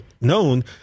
known